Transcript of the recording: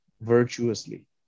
virtuously